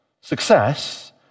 Success